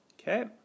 Okay